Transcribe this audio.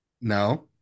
No